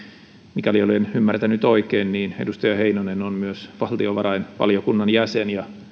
mikäli olen ymmärtänyt oikein edustaja heinonen on myös valtiovarainvaliokunnan jäsen ja